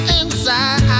inside